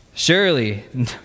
Surely